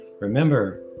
remember